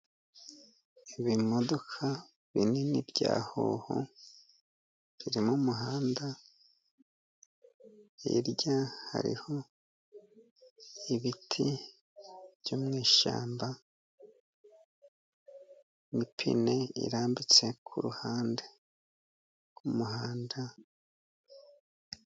Ibimodoka binini bya hoho biriri mu muhanda, hirya hariho ibiti byo mu ishyamba n'apine irambitse ku ruhande rw'umuhanda.